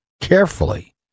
carefully